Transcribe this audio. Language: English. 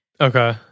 Okay